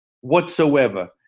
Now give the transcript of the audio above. whatsoever